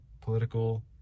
political